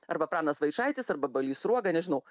arba pranas vaičaitis arba balys sruoga nežinau